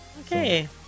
Okay